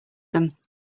them